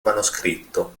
manoscritto